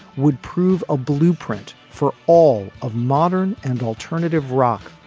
would prove a blueprint for all of modern and alternative rock.